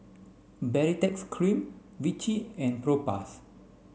Baritex cream Vichy and Propass